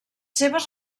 seves